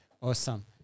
awesome